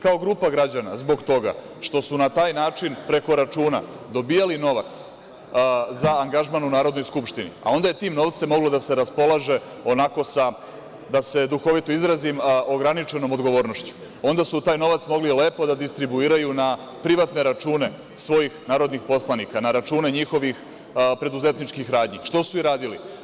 Kao grupa građana zbog toga što su na taj način preko računa dobijali novac za angažman u Narodnoj skupštini, a onda je tim novcem moglo da se raspolaže, da se duhovito izrazim, sa ograničenom odgovornošću, onda su taj novac mogli lepo da distribuiraju na privatne račune svojih narodnih poslanika, na račune njihovih preduzetničkih radnji, što su i radili.